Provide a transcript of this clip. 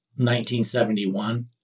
1971